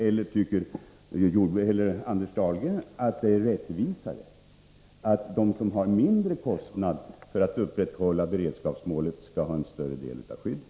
Eller tycker Anders Dahlgren att det är rättvisare att de som har mindre kostnader för att upprätthålla beredskapsmålet skall ha en större andel av skyddet?